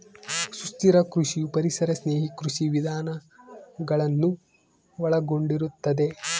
ಸುಸ್ಥಿರ ಕೃಷಿಯು ಪರಿಸರ ಸ್ನೇಹಿ ಕೃಷಿ ವಿಧಾನಗಳನ್ನು ಒಳಗೊಂಡಿರುತ್ತದೆ